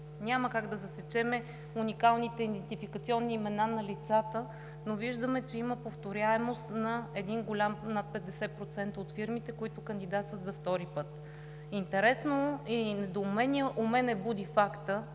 няма как да засечем уникалните идентификационни имена на лицата, но виждаме, че има повторяемост над 50% от фирмите, които кандидатстват за втори път. Интересно е и недоумение у мен буди фактът